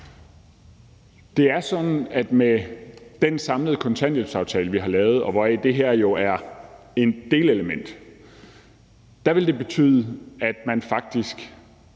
Det er sådan, at med den samlede kontanthjælpsaftale, vi har lavet, hvoraf det her jo er et delelement, vil det være sådan, at man faktisk